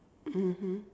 mmhmm